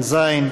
2),